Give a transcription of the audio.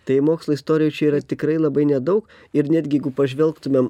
tai mokslo istorijoj čia yra tikrai labai nedaug ir netgi jeigu pažvelgtumėm